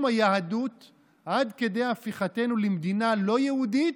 חבר הכנסת שלמה קרעי, זה לא ראוי.